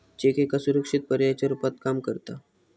check एका सुरक्षित पर्यायाच्या रुपात काम करता